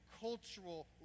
cultural